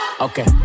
Okay